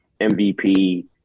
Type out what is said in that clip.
MVP